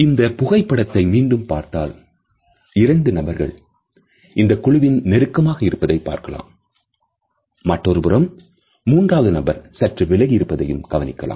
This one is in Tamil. இந்த புகைப்படத்தை மீண்டும் பார்த்தால் இரண்டு நபர்கள் இந்தக் குழுவின் நெருக்கமாக இருப்பதை பார்க்கலாம் மற்றொருபுறம் மூன்றாவது நபர் சற்று விலகி இருப்பதையும் கவனிக்கலாம்